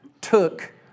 took